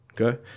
Okay